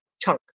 chunk